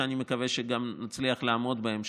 שאני מקווה שגם נצליח לעמוד בהם,